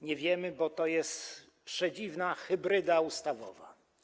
Nie wiemy, bo to jest przedziwna hybryda ustawowa.